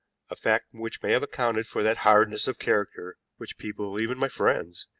a fact which may have accounted for that hardness of character which people, even my friends,